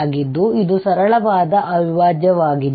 ಆಗಿದ್ದು ಇದು ಸರಳವಾದ ಅವಿಭಾಜ್ಯವಾಗಿದೆ